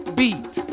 beat